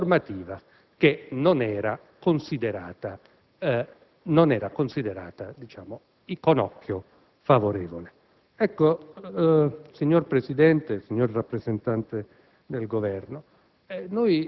della normativa che non era considerata con occhio favorevole dai sindacati. Signor Presidente, signori rappresentanti del Governo,